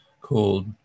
called